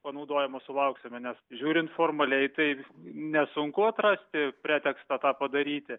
panaudojamo sulauksime nes žiūrint formaliai taip nesunku atrasti pretekstą tą padaryti